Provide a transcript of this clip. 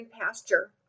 Pasture